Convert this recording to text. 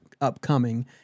upcoming